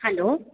hello